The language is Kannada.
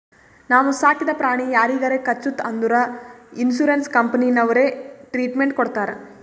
ನಾವು ಸಾಕಿದ ಪ್ರಾಣಿ ಯಾರಿಗಾರೆ ಕಚ್ಚುತ್ ಅಂದುರ್ ಇನ್ಸೂರೆನ್ಸ್ ಕಂಪನಿನವ್ರೆ ಟ್ರೀಟ್ಮೆಂಟ್ ಕೊಡ್ತಾರ್